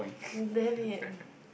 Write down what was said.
damn it